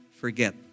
forget